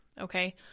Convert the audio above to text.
Okay